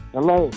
Hello